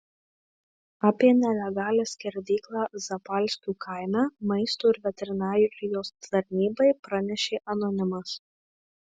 apie nelegalią skerdyklą zapalskių kaime maisto ir veterinarijos tarnybai pranešė anonimas